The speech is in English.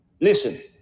Listen